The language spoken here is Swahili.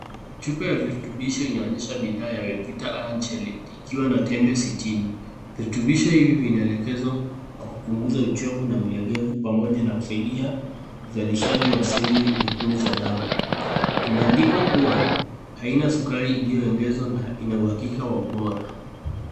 Chupa ya virutubisho inaonyesha bidhaa yenye anchali zikiwa na tembe sitini. Virutubisho hivi vinaelekezwa kwa kupunguza uchovu na ulegevu pamoja na kusaidia uzalishaji wa seli nyekundu za damu. Imeandikwa kuwa hauna sukari iliyoongezwa na ina uhakika ulio wa ubora.